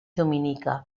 dominica